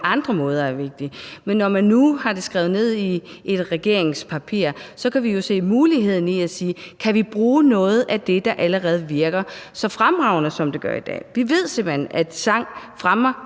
andre måder er vigtig. Men når man har skrevet det ind i et regeringspapir, kan vi jo se muligheden i at se på, om vi kan bruge noget af det, der allerede virker så fremragende, som det gør, i dag. Vi ved simpelt hen, at sang fremmer